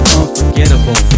unforgettable